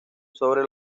sobre